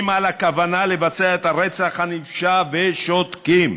על הכוונה לבצע את הרצח הנפשע ושותקים,